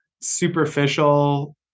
superficial